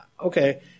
okay